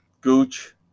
Gooch